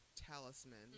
talisman